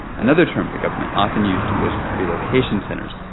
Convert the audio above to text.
another term the government often used was relocation centers.